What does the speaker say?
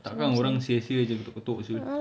tak kan orang sia-sia jer ketuk-ketuk [siol]